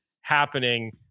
happening